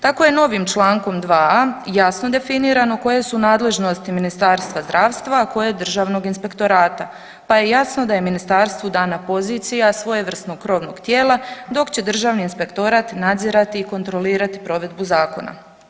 Tako je novim Člankom 2. jasno definirano koje su nadležnosti Ministarstva zdravstva, a koje Državnog inspektorata pa je jasno da je ministarstvu dana pozicija svojevrsnog krovnog tijela dok će Državni inspektorat nadzirati i kontrolirati provedbu zakona.